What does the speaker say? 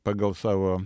pagal savo